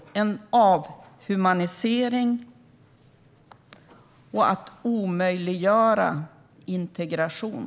Det är avhumanisering och att omöjliggöra integration.